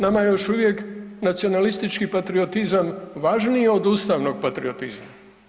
Nama je još uvijek nacionalistički patriotizam važniji od ustavnog patriotizma.